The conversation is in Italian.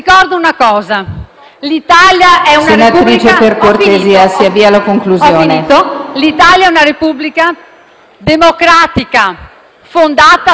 l'Italia è una Repubblica democratica fondata sul lavoro.